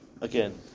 again